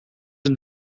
een